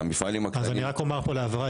והמפעלים הקטנים --- אני רק אומר פה להבהרה,